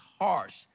harsh